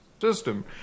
system